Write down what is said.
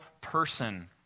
person